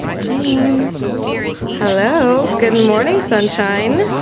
james hello, good and morning. sunshine.